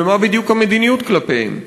ומה בדיוק המדיניות כלפיהם?